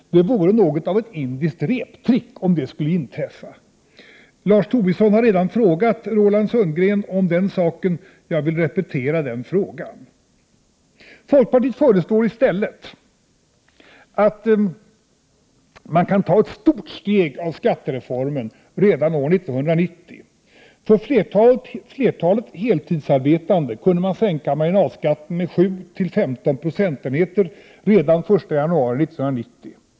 Om det skulle inträffa vore det något av ett indiskt reptrick! Lars Tobisson har redan frågat Roland Sundgren om denna sak. Jag vill repetera den frågan. Folkpartiet föreslår i stället att man kan ta ett stort steg i skattereformen redan år 1990. För flertalet heltidsarbetande går det att sänka marginalskatten med 7-15 procentenheter redan den 1 januari 1990.